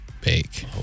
bake